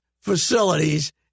facilities